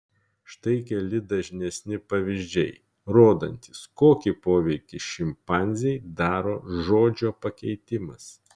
štai keli dažnesni pavyzdžiai rodantys kokį poveikį šimpanzei daro žodžio pakeitimas